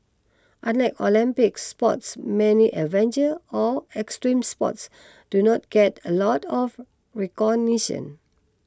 unlike Olympic sports many adventure or extreme sports do not get a lot of recognition